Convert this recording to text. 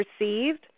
received